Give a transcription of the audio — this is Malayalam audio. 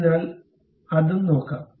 അതിനാൽ അതും നോക്കാം